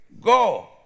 Go